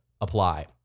apply